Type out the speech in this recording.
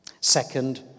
second